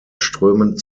strömen